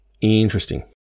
interesting